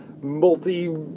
multi